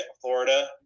florida